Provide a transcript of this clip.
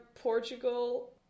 Portugal